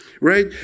right